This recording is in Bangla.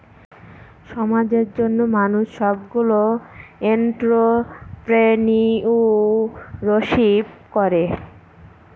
সমাজের জন্য মানুষ সবগুলো এন্ট্রপ্রেনিউরশিপ করে